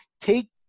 take